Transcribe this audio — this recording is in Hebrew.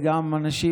ואנשים,